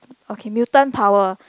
okay mutant power